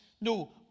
No